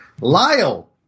Lyle